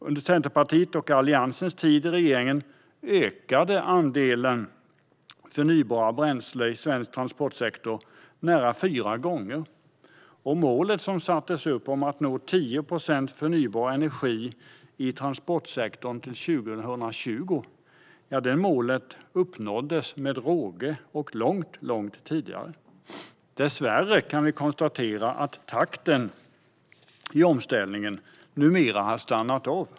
Under Centerpartiets och Alliansens tid i regering ökade andelen förnybara bränslen i svensk transportsektor nära fyra gånger, och målet som sattes upp om att nå 10 procent förnybar energi i transportsektorn till 2020 uppnåddes med råge och långt, långt tidigare. Dessvärre kan vi konstatera att takten i omställningen numera har stannat av.